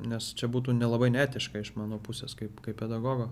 nes čia būtų nelabai neetiška iš mano pusės kaip kaip pedagogo